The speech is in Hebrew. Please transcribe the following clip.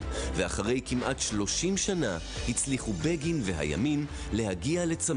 הם כרגע נמצאים אצלנו באתר אבל אנחנו מחכים להדפיס